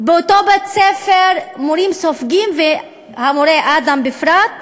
באותו בית-ספר מורים סופגים, והמורה אדם בפרט,